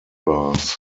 bars